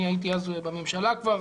אני הייתי אז בממשלה כבר,